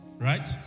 right